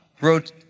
wrote